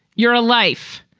your ah life,